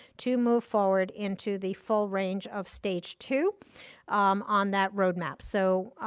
to move forward into the full range of stage two on that roadmap. so,